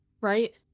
right